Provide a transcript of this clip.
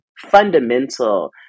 fundamental